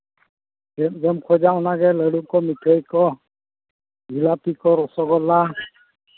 ᱪᱮᱫ ᱵᱤᱱ ᱠᱷᱚᱡᱟ ᱚᱱᱟ ᱜᱮ ᱞᱟᱹᱰᱩ ᱠᱚ ᱢᱤᱴᱷᱟᱹᱭ ᱠᱚ ᱡᱷᱤᱞᱟᱯᱤ ᱠᱚ ᱨᱚᱥᱚᱜᱚᱞᱞᱟ